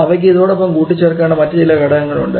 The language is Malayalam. അവയ്ക്ക് ഇതോടൊപ്പം കൂട്ടി ചേർക്കേണ്ട മറ്റുചില ഘടകങ്ങളുമുണ്ട്